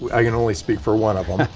i can only speak for one of them.